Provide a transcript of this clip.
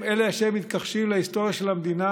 הם אשר מתכחשים להיסטוריה של המדינה